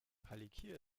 palikir